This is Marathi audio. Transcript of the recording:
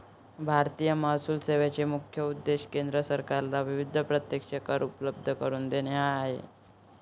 भारतीय महसूल सेवेचा मुख्य उद्देश केंद्र सरकारला विविध प्रत्यक्ष कर उपलब्ध करून देणे हा आहे